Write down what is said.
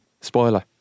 Spoiler